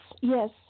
yes